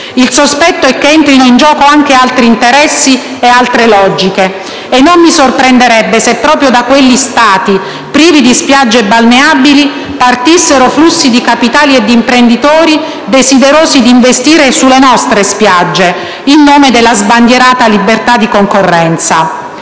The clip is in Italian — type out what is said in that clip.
Il sospetto è che entrino in gioco anche altri interessi ed altre logiche. E non mi sorprenderebbe se proprio da quegli Stati, privi di spiagge balneabili, partissero flussi di capitali e di imprenditori desiderosi di investire sulle nostre spiagge, in nome della sbandierata libertà di concorrenza.